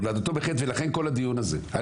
הולדתו בחטא ולכן כל הדיון הזה.